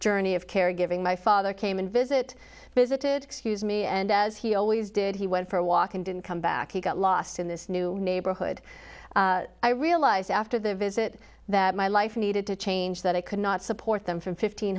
journey of caregiving my father came and visit visited excuse me and as he always did he went for a walk and didn't come back he got lost in this new neighborhood i realized after the visit that my life needed to change that i could not support them from fifteen